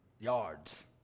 yards